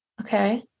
Okay